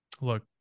look